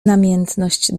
namiętność